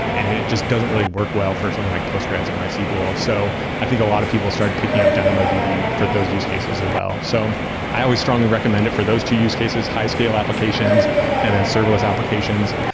it just doesn't really work well for something like postgres and mysql. so i think a lot of people started picking up dynamodb for those use cases as well so i always strongly recommend it for those two use cases, high scale applications and then serverless applications.